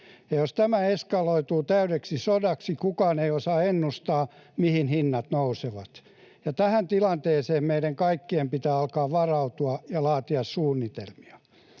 jos tämä eskaloituu täydeksi sodaksi, kukaan ei osaa ennustaa, mihin hinnat nousevat. Tähän tilanteeseen meidän kaikkien pitää alkaa varautua ja laatia suunnitelmia.